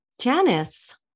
Janice